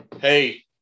Hey